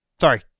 Sorry